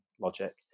logic